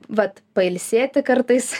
vat pailsėti kartais